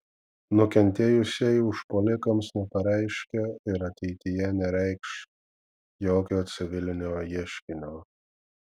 nukentėjusieji užpuolikams nepareiškė ir ateityje nereikš jokio civilinio ieškinio